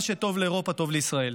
"מה שטוב לאירופה טוב לישראל".